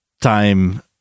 time